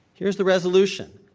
here's the resolution,